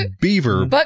beaver